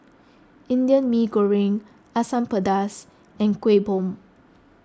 Indian Mee Goreng Asam Pedas and Kueh Bom